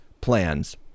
plans